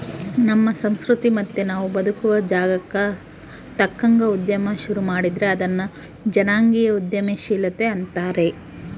ನಮ್ಮ ಸಂಸ್ಕೃತಿ ಮತ್ತೆ ನಾವು ಬದುಕುವ ಜಾಗಕ್ಕ ತಕ್ಕಂಗ ಉದ್ಯಮ ಶುರು ಮಾಡಿದ್ರೆ ಅದನ್ನ ಜನಾಂಗೀಯ ಉದ್ಯಮಶೀಲತೆ ಅಂತಾರೆ